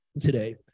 today